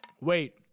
Wait